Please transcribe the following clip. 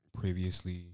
previously